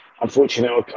unfortunately